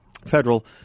Federal